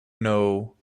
know